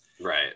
Right